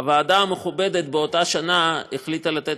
הוועדה המכובדת באותה שנה החליטה לתת